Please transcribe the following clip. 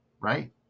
right